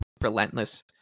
relentless